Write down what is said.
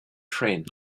terrain